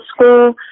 school